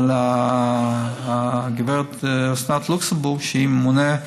אבל הגברת אסנת לוקסנבורג, שהיא ממונה,